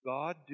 God